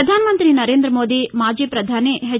ప్రపధానమంతి నరేంద్రమోదీ మాజీ ప్రధాని హెచ్